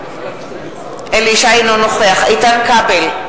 אינו נוכח איתן כבל,